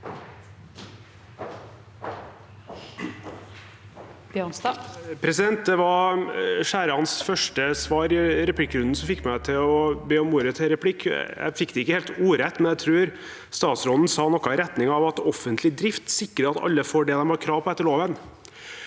Det var Skjærans første svar i replikkrunden som fikk meg til å be om ordet til replikk. Jeg fikk det ikke helt ordrett, men jeg tror statsråden sa noe i retning av at offentlig drift sikrer at alle får det de har krav på etter loven.